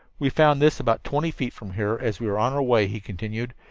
we found this about twenty feet from here as we were on our way, he continued.